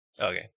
Okay